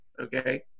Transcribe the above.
Okay